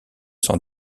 s’en